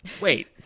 Wait